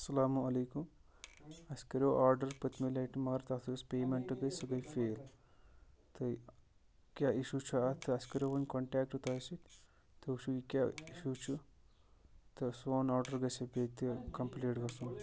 اسلامُ علیکُم أسہِ کریٚو آرڈر پٔتمہِ لٹہِ مگر تتھ یۄس پے میٚنٹ گٔیے سۄ گٔیے فیل تہِ کیاہ ایٚشو چھُ اتھ اسہِ کٔریو وۄنۍ کنٹیکٹ تۄہہٕ سۭتۍ تُہۍ وُچِھو یہِ کیاہ ایٚشِو چھُ تہِ سُون آرڈر گژھِ بیٚیہِ تہِ کمپٕلیٖٹ گژھُن